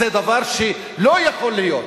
זה דבר שלא יכול להיות.